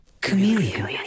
Chameleon